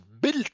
built